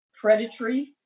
predatory